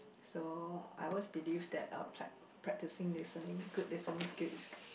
so I always believe that uh prac~ practicing listening good listening skill is